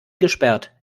gesperrt